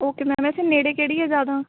okay ma'am ਵੈਸੇ ਨੇੜੇ ਕਿਹੜੀ ਹੈ ਜ਼ਿਆਦਾ